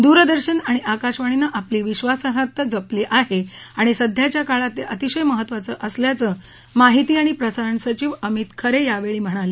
दूरदर्शन आणि आकाशवाणीनं आपली विधासाईता जपली आहे आणि सध्याच्या काळात ते अतिशय महत्तवांच असल्याचं माहिती आणि प्रसारण सचिव अमित खरे यावेळी म्हणाले